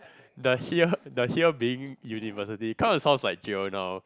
the here the here being university kind of sounds like jail now